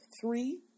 three